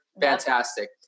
Fantastic